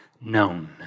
known